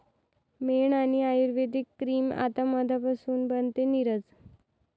मेण आणि आयुर्वेदिक क्रीम आता मधापासून बनते, नीरज